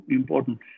important